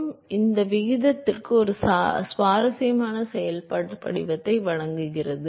எனவே இது விகிதத்திற்கு ஒரு சுவாரஸ்யமான செயல்பாட்டு படிவத்தை வழங்குகிறது